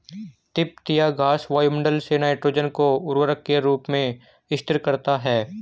तिपतिया घास वायुमंडल से नाइट्रोजन को उर्वरक के रूप में स्थिर करता है